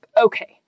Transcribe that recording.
okay